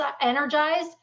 energized